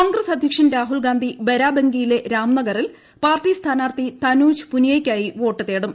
കോൺഗ്രസ്സ് അധ്യക്ഷൻ രാഹുൽ ഗാന്ധി ബരാ ബംഗിയിലെ രാംനഗറിൽ പാർട്ടി സ്ഥാനാർത്ഥി തനൂജ് പുനിയ യ്ക്കായി വോട്ട് തേടും